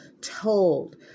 told